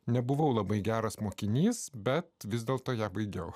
nebuvau labai geras mokinys bet vis dėlto ją baigiau